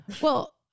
Well-